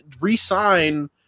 re-sign